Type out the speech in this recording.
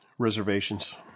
Reservations